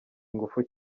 ingufu